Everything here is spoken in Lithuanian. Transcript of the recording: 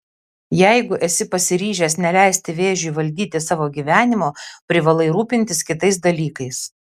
jeigu esi pasiryžęs neleisti vėžiui valdyti savo gyvenimo privalai rūpintis kitais dalykais